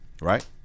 Right